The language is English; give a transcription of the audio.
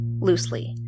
loosely